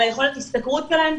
על יכולת ההשתכרות שלהם.